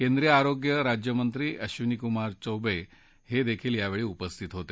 केंद्रीय आरोग्य राज्यमंत्री अब्विनीकुमार चौबे देखील यावेळी उपस्थित होते